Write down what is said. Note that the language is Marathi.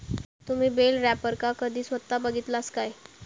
तुम्ही बेल रॅपरका कधी स्वता बघितलास काय?